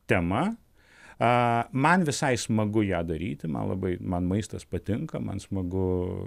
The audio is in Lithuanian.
tema a man visai smagu ją daryti man labai man maistas patinka man smagu